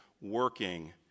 working